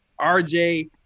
RJ